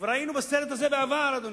כבר היינו בסרט הזה בעבר, אדוני.